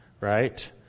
Right